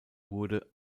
wurde